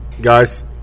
guys